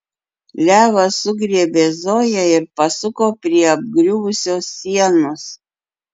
levas sugriebė zoją ir pasuko prie apgriuvusios sienos